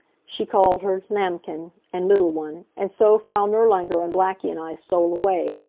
she called her lammchen and little one, and so frau nirlanger and blackie and i stole away,